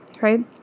right